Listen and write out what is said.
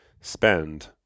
spend